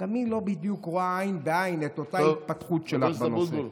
גם היא לא בדיוק רואה עין בעין את אותה התפתחות שלך בנושא.